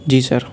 جی سر